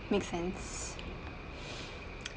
makes sense